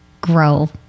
grow